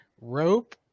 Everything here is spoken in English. rope